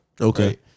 Okay